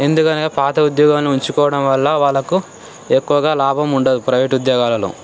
ఎందుకనగా పాత ఉద్యోగాలను ఉంచుకోవడం వల్ల వాళ్ళకు ఎక్కువగా లాభం ఉండదు ప్రైవేట్ ఉద్యోగాలలో